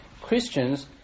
Christians